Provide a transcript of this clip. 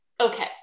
okay